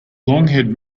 longhaired